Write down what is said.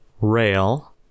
rail